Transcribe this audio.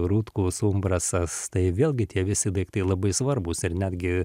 rutkus umbrasas tai vėlgi tie visi daiktai labai svarbūs ir netgi